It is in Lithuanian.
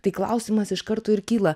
tai klausimas iš karto ir kyla